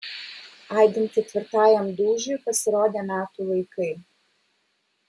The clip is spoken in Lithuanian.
aidint ketvirtajam dūžiui pasirodė metų laikai